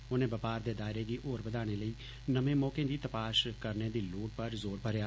उनै बपार दे दायरे गी होर बघाने दी लोढ़ नमें मौके दी तपाश करने दी लोढ़ पर जोर भरेआ